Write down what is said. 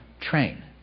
train